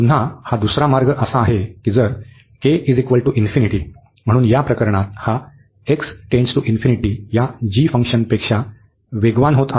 पुन्हा हा दुसरा मार्ग असा आहे की जर म्हणून या प्रकरणात हा या g फंक्शनपेक्षा वेगवान होत आहे